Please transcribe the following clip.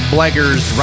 Blaggers